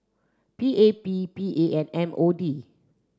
P A P P A and M O D